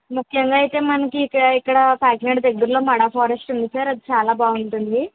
ముఖ్యంగా అయితే మనకి ఇక్కడ ఇక్కడ కాకినాడ దగ్గరలో మాడా ఫారెస్ట్ ఉంది సార్ అది చాలా బాగుంటుంది